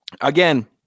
again